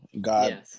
God